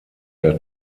der